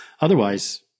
Otherwise